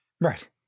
right